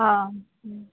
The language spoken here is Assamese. অঁ